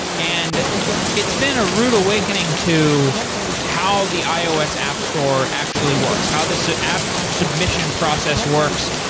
and it's been a rude awakening to how the ios app store actually works. how this so app submission process works.